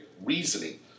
reasoning